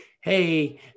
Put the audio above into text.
Hey